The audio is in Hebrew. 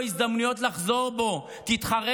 עד היום נתנו לאיש הזה הזדמנויות לחזור בו: תתחרט,